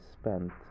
spent